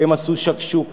הם עשו שקשוקה,